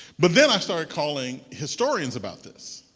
but then i started calling historians about this.